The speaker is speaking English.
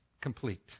complete